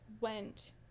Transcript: went